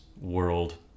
world